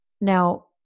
Now